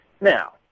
Now